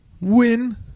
Win